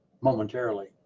momentarily